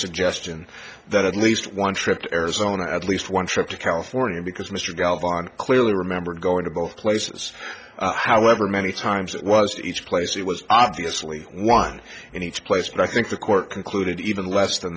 suggestion that at least one trip to arizona at least one trip to california because mr galvanic clearly remember going to both places however many times it was each place it was obviously one in each place but i think the court concluded even less than